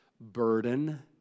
burden